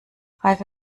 reife